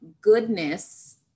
goodness